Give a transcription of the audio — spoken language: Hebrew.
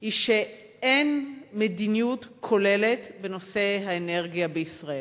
היא שאין מדיניות כוללת בנושא האנרגיה בישראל.